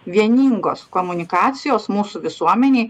vieningos komunikacijos mūsų visuomenei